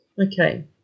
Okay